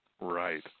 Right